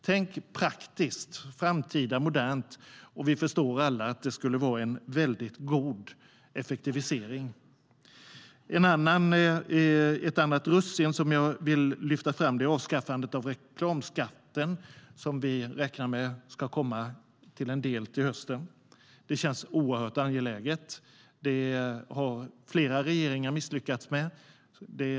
Tänk praktiskt, framtid och vad som är modernt, och vi förstår alla att det skulle vara en god effektivisering. Ett annat russin som jag vill lyfta fram är avskaffandet av reklamskatten, som vi räknar med ska ske till en del till hösten. Det känns oerhört angeläget. Flera regeringar har misslyckats med detta.